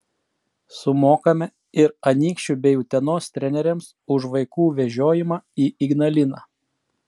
sumokame ir anykščių bei utenos treneriams už vaikų vežiojimą į ignaliną